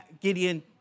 Gideon